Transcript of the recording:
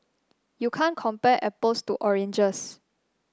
you can't compare apples to oranges